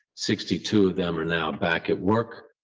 sixty two of them are now back at work.